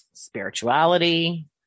spirituality